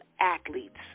athletes